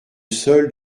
seul